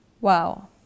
Wow